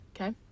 Okay